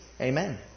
Amen